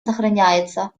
сохраняется